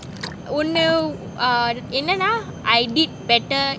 ஒன்னு:onnu uh என்னனா:ennana I did better